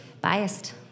Biased